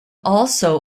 also